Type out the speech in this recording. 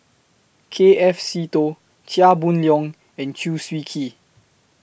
K F Seetoh Chia Boon Leong and Chew Swee Kee